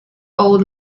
old